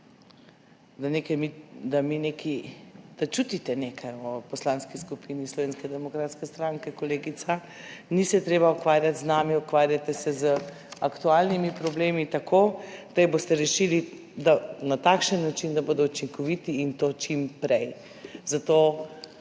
da čutite nekaj ob Poslanski skupini Slovenske demokratske stranke. Kolegica, ni se treba ukvarjati z nami, ukvarjate se z aktualnimi problemi tako, da jih boste rešili na takšen način, da bodo učinkoviti, in to čim prej. Zato